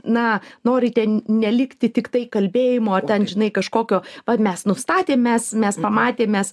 na norite nelikti tiktai kalbėjimo ten žinai kažkokio va mes nustatėm mes mes pamatėm mes